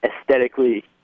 aesthetically